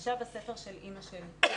ישב הספר של אמא שלי,